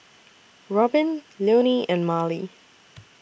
Robbin Leone and Marley